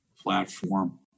platform